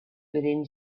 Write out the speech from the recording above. within